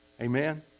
Amen